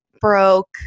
broke